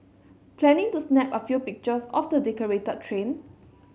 planning to snap a few pictures of the decorated train